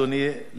אדוני,